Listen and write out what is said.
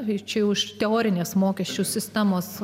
vieši už teorinės mokesčių sistemos